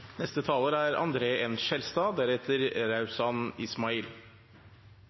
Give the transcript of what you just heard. Neste taler er Rauand Ismail.